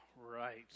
right